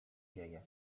dzieje